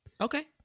okay